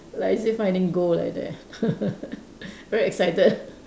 like as if finding gold like that very excited